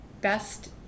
best